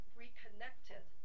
reconnected